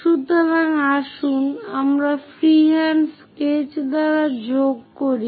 সুতরাং আসুন আমরা ফ্রিহ্যান্ড স্কেচ দ্বারা যোগ করি